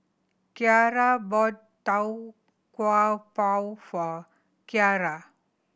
Kyara bought Tau Kwa Pau for Kyara